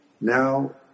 Now